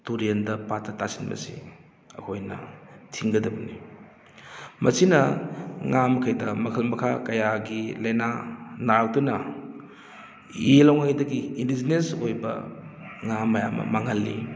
ꯇꯨꯔꯦꯟꯗ ꯄꯥꯠꯇ ꯇꯥꯁꯤꯟꯕꯁꯦ ꯑꯩꯈꯣꯏꯅ ꯊꯤꯡꯒꯗꯕꯅꯤ ꯃꯁꯤꯅ ꯉꯥ ꯃꯈꯩꯗ ꯃꯈꯜ ꯃꯈꯥ ꯀꯌꯥꯒꯤ ꯂꯩꯅꯥ ꯅꯥꯔꯛꯇꯨꯅ ꯌꯦꯜꯍꯧꯉꯩꯗꯒꯤ ꯏꯟꯗꯤꯖꯤꯅꯁ ꯑꯣꯏꯕ ꯉꯥ ꯃꯌꯥꯝ ꯑꯃ ꯃꯥꯡꯍꯜꯂꯤ